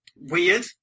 weird